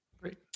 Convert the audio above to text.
Great